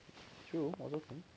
sure baby